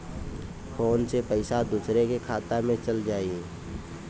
Phone से पईसा दूसरे के खाता में चल जाई?